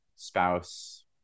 spouse